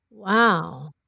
Wow